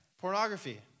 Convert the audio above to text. Pornography